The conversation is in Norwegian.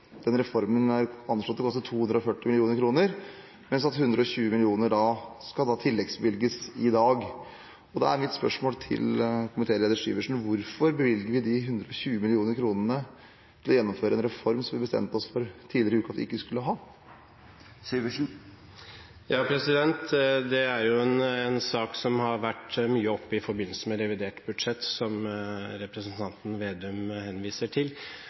den reformen er anslått å koste 240 mill. kr, og 120 mill. kr skal tilleggsbevilges i dag. Da er mitt spørsmål til komitéleder Syversen: Hvorfor bevilger vi de 120 mill. kr til å gjennomføre en reform som vi tidligere i uken bestemte oss for at vi ikke skulle ha? Det er jo en sak som har vært mye oppe i forbindelse med revidert budsjett, representanten Slagsvold Vedum henviser til.